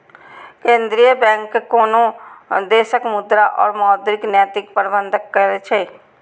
केंद्रीय बैंक कोनो देशक मुद्रा और मौद्रिक नीतिक प्रबंधन करै छै